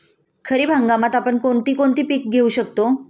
खरीप हंगामात आपण कोणती कोणती पीक घेऊ शकतो?